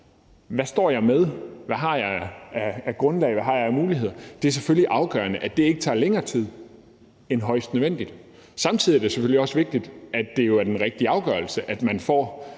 man står med, og hvad man har af grundlag og muligheder, er det selvfølgelig afgørende, at det ikke tager længere tid end højst nødvendigt. Samtidig er det selvfølgelig også vigtigt, at det er den rigtige afgørelse, og at man har